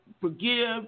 forgive